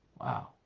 Wow